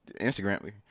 Instagram